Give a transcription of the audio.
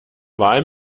wahl